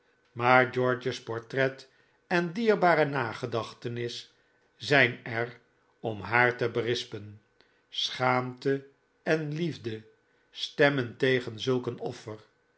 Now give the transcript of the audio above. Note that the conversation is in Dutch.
maar george's portret en dierbare nagedachtenis zijn er om haar te berispen schaamte en liefde stemmen tegen zulk een offer